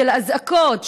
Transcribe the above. של אזעקות,